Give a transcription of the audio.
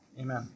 Amen